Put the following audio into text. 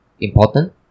Important